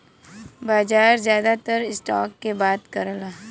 बाजार जादातर स्टॉक के बात करला